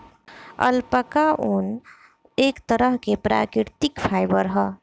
alpaca ऊन, एक तरह के प्राकृतिक फाइबर ह